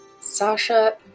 Sasha